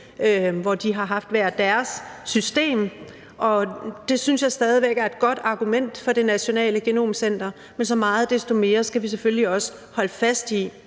hvor de har haft hver deres system, og det synes jeg stadig væk er et godt argument for det nationale genomcenter. Men så meget desto mere skal vi selvfølgelig også holde fast i,